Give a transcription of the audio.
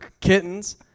kittens